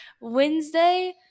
Wednesday